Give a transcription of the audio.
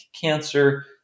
cancer